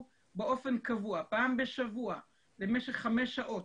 באופן קבוע פעם בשבוע למשך חמש שעות,